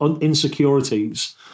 insecurities